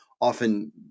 often